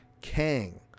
Kang